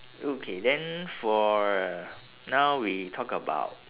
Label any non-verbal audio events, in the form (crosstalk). okay then for uh (noise) now we talk about